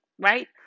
right